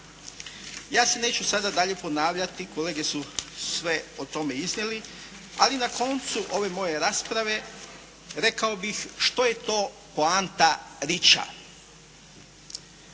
Ja se neću sada dalje ponavljati, kolege su sve o tome iznijeli, ali na koncu ove moje rasprave rekao bih što je to poanta